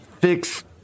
fix